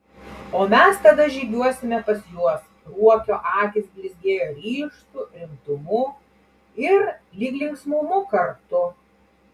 o mes tada žygiuosime pas juos ruokio akys blizgėjo ryžtu rimtumu ir lyg linksmumu kartu